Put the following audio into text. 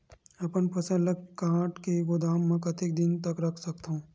अपन फसल ल काट के गोदाम म कतेक दिन तक रख सकथव?